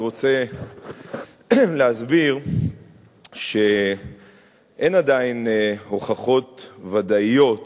אני רוצה להסביר שאין עדיין הוכחות ודאיות